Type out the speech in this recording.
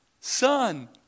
son